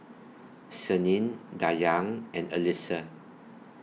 Senin Dayang and Alyssa